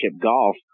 golf